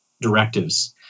directives